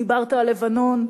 דיברת על לבנון,